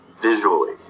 visually